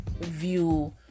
view